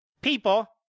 People